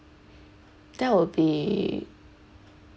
that will be